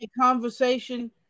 conversation